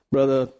Brother